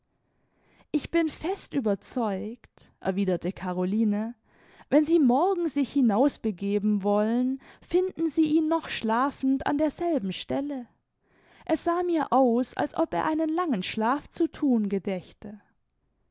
ich bin fest überzeugt erwiderte caroline wenn sie morgen sich hinausbegeben wollen finden sie ihn noch schlafend an derselben stelle er sah mir aus als ob er einen langen schlaf zu thun